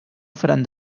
faran